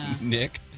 Nick